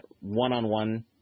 one-on-one